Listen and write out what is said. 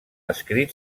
escrit